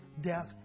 death